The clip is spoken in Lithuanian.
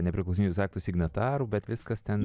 nepriklausomybės akto signatarų bet viskas ten